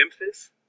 Memphis